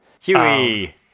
Huey